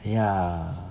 ya